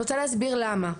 אני רוצה להסביר למה.